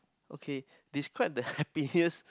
okay describe the happiest